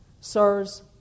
Sirs